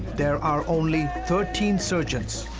there are only thirteen surgeons,